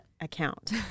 account